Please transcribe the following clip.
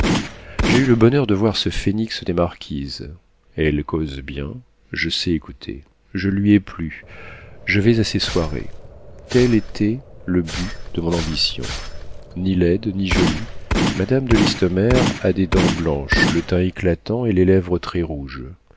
j'ai eu le bonheur de voir ce phénix des marquises elle cause bien je sais écouter je lui ai plu je vais à ses soirées tel était le but de mon ambition ni laide ni jolie madame de listomère a des dents blanches le teint éclatant et les lèvres très rouges